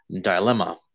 dilemma